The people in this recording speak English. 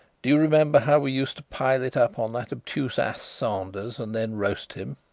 do you remember how we used to pile it up on that obtuse ass sanders, and then roast him?